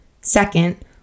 second